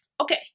Okay